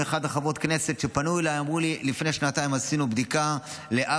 עם אחת מחברות הכנסת: פנו אליי ואמרו לי: לפני שנתיים עשינו בדיקה לאבא,